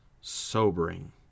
sobering